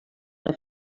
una